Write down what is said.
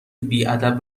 بیادب